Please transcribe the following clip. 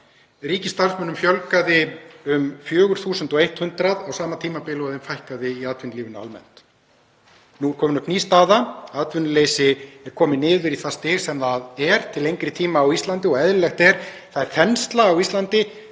Ríkisstarfsmönnum fjölgaði um 4.100 á sama tímabili og starfsfólki fækkaði í atvinnulífinu almennt. Nú er komin upp ný staða. Atvinnuleysi er komið niður í það stig sem það er til lengri tíma á Íslandi og eðlilegt er. Það er þensla á Íslandi.